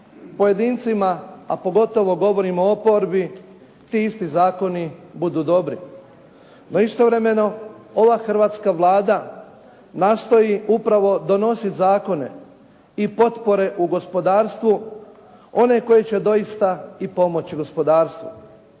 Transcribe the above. pojedincima, a pogotovo govorim o oporbi ti isti zakoni budu dobri. No istovremeno ova hrvatska Vlada nastoji upravo donositi zakone i potpore u gospodarstvu, one koji će doista i pomoći gospodarstvu.